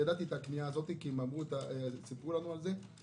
שידעתי על הקנייה הזאת כי הם סיפרו לנו על זה.